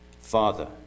Father